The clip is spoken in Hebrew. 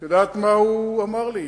את יודעת מה הוא אמר לי?